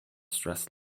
stress